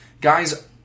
guys